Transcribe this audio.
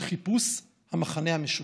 של חיפוש המכנה המשותף.